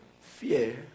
Fear